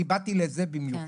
אני באתי לזה במיוחד.